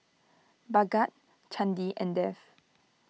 Bhagat Chandi and Dev